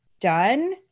done